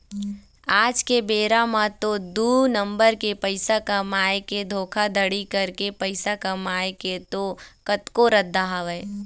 आज के बेरा म तो दू नंबर के पइसा कमाए के धोखाघड़ी करके पइसा कमाए के तो कतको रद्दा हवय